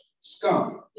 scum